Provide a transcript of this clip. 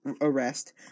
arrest